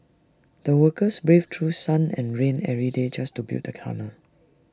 the workers braved through sun and rain every day just to build the tunnel